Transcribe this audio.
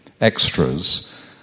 extras